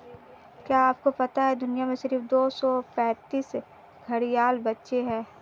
क्या आपको पता है दुनिया में सिर्फ दो सौ पैंतीस घड़ियाल बचे है?